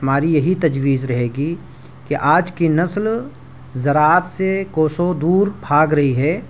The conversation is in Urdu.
ہماری یہی تجویز رہے گی کہ آج کی نسل زراعت سے کوسوں دور بھاگ رہی ہے